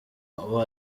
uwo